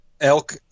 elk